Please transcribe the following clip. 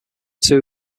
two